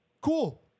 cool